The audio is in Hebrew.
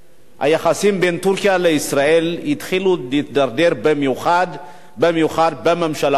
היחסים בין טורקיה לישראל התחילו להידרדר במיוחד בממשלה הזאת.